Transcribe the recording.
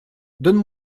donne